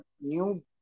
new